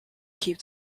keep